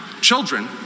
children